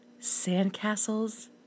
sandcastles